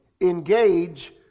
engage